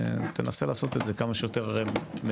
תנסה לעשות את זה כמה שיותר מתומצת